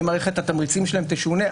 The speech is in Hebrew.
אם מערכת התמריצים שלהם תשונה.